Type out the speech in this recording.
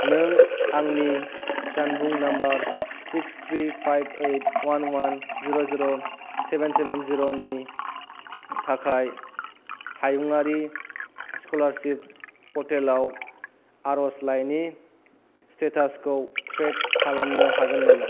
नों आंनि जानबुं number six three five eight one one zero zero seven seven जिर'नि थाखाय हायुंआरि स्क'लारसिप पर्टेलाव आरजलाइनि स्टेटासखौ ट्रेक खालामनो हागोन नामा